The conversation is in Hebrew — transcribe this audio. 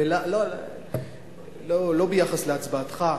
ולא ביחס להצבעתך,